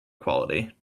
quality